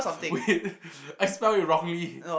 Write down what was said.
wait I spell it wrongly